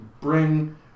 bring